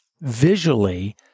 visually